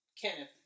Kenneth